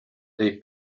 dei